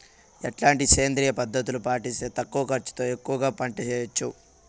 ఎట్లాంటి సేంద్రియ పద్ధతులు పాటిస్తే తక్కువ ఖర్చు తో ఎక్కువగా పంట చేయొచ్చు?